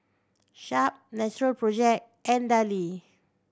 Sharp Natural Project and Darlie